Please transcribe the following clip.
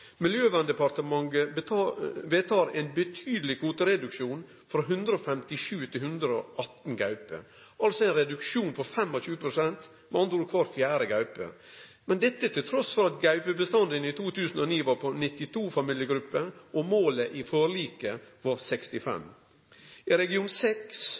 ein betydeleg kvotereduksjon, frå 157 til 118 gauper – altså ein reduksjon på 25 pst., med andre ord kvar fjerde gaupe – dette trass i at gaupebestanden i 2009 var på 92 familiegrupper, og målet i forliket var 65. I region